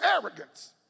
arrogance